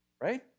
right